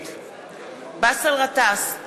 נגד באסל גטאס,